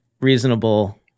reasonable